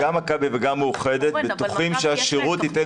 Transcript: גם מכבי וגם מאוחדת בטוחים שהשירות ייתן